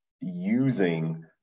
using